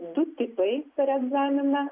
du tipai per egzaminą